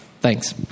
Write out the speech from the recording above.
Thanks